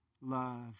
love